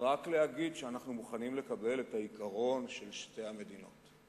רק להגיד שאנחנו מוכנים לקבל את העיקרון של שתי המדינות.